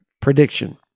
prediction